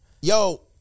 yo